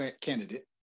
candidate